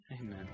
Amen